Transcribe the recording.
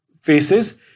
faces